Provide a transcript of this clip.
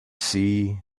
sea